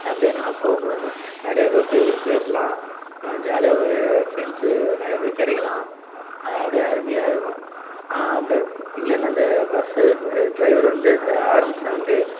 அப்படியே என்னென்னா போகும் போது அந்த நிறையா பேர் கூட பேசலாம் ஜாலியாக ஒரு ஃப்ரெண்ட்ஸ்ஸு நிறையா பேர் கிடைக்கலாம் அப்டியே அருமையா இருக்கும் அப்படியே இங்கேருந்து அந்த பஸ்ஸு டிரைவர் வந்து அந்த ஹாரன் சவுண்டு